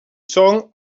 son